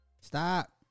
Stop